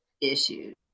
issues